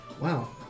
Wow